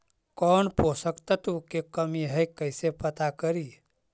कौन पोषक तत्ब के कमी है कैसे पता करि?